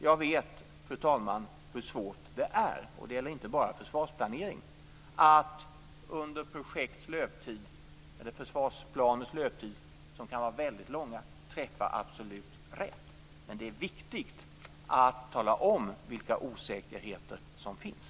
Jag vet, fru talman, hur svårt det är - och det gäller inte bara försvarsplanering - att under projekts eller försvarsplaners löptid, som kan vara väldigt långa, träffa absolut rätt. Men det är viktigt att tala om vilka osäkerheter som finns.